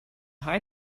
hide